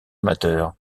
amateur